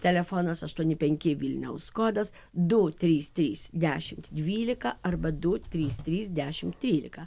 telefonas aštuoni penki vilniaus kodas du trys trys dešimt dvylika arba du trys trys dešimt trylika